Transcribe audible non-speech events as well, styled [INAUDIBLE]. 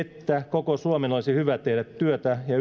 koko suomen olisi hyvä tehdä työtä ja [UNINTELLIGIBLE]